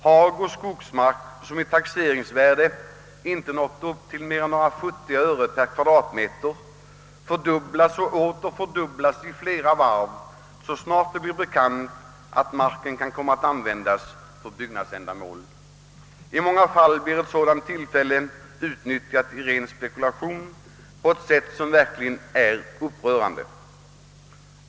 Hagoch skogsmark, som i taxeringsvärde inte nått upp till mer än några futtiga ören per kvadratmeter, fördubblas och åter fördubblas i värde i flera varv så snart det blir bekant att den kan komma att användas för byggnadsändamål. I många fall blir ett sådant tillfälle utnyttjat i ren spekulation på ett sätt som verkligen är upprörande.